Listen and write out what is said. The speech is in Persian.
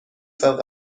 ساعت